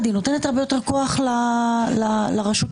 שלא מקובל בשום חוקה של כל ממשלה אד-הוק,